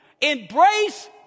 embrace